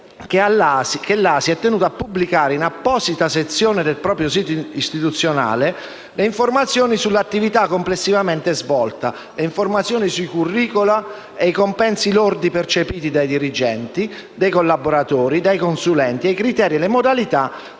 33, l'A.S.I. è tenuta a pubblicare in apposita sezione del proprio sito istituzionale: *a)* le informazioni sull'attività complessivamente svolta; *b)* le informazioni sui *curricula* e i compensi lordi percepiti dai dirigenti, dai collaboratori e dai consulenti; *c)* i criteri e le modalità